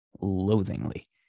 loathingly